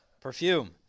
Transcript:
Perfume